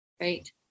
Right